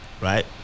right